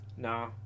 No